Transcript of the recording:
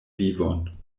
vivon